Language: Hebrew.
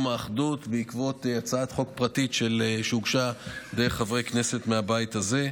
האחדות בעקבות הצעת חוק פרטית שהוגשה על ידי חברי כנסת מהבית הזה.